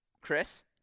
Chris